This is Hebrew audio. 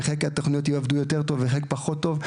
וחלק מהתוכניות יעבדו יותר טוב וחלק פחות טוב,